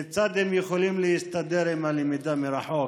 כיצד הם יכולים להסתדר עם הלמידה מרחוק.